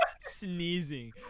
sneezing